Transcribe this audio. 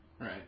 Right